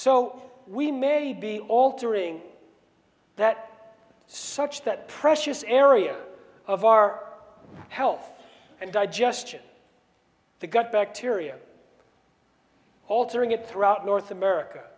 so we may be altering that such that precious area of our health and digestion the gut bacteria altering it throughout north america